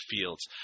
fields